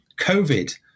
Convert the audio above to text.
COVID